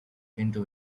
into